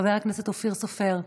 חבר הכנסת אופיר סופר,